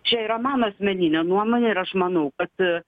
čia yra mano asmeninė nuomonė ir aš manau kad